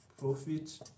profit